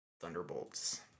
Thunderbolts